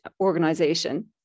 organization